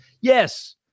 Yes